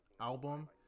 album